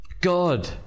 god